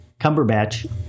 Cumberbatch